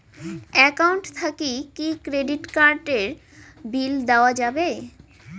Account থাকি কি credit card এর বিল দেওয়া যাবে?